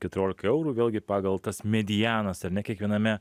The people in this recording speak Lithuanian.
keturiolika eurų vėlgi pagal tas medianas ar ne kiekviename